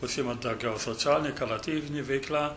užsiima daugiau socialine karityvine veikla